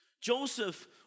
Joseph